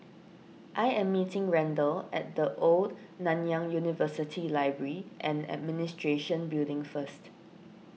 I am meeting Randle at the Old Nanyang University Library and Administration Building first